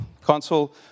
Consul